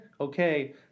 okay